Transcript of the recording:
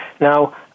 Now